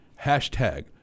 Hashtag